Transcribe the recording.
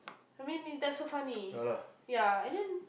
I mean it that's so funny ya and then